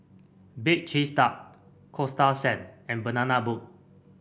Bake Cheese Tart Coasta Sand and Banana Boat